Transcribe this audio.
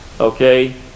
okay